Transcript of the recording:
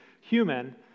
human